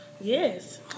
Yes